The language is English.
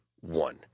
one